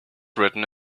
written